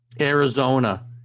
Arizona